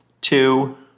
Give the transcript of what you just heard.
two